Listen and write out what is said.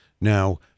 Now